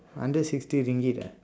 hundred sixty ringgit ah